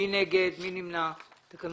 רוב נגד, אין נמנעים, אין התקנות נתקבלו.